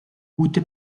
gute